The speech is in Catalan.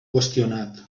qüestionat